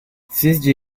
sizce